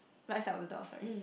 right side of the door sorry